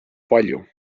palju